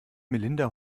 melinda